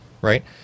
right